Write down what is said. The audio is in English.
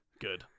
Good